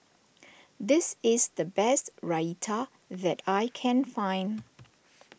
this is the best Raita that I can find